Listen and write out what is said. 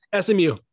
SMU